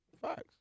Facts